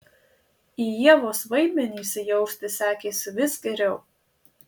į ievos vaidmenį įsijausti sekėsi vis geriau